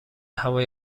هوای